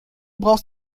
brauchst